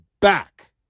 back